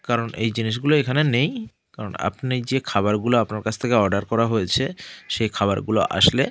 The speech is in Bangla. কারণ এই জিনিসগুলো এখানে নেই কারণ আপনি যে খাবারগুলো আপনার কাছ থেকে অর্ডার করা হয়েছে সেই খাবারগুলো আসলে